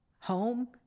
home